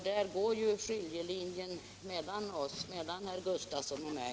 Här går också skiljelinjen mellan herr Gustafsson och mig.